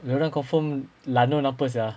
dia orang confirm lanun apa sia